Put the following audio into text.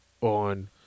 on